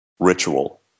Ritual